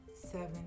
Seven